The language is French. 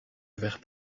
vers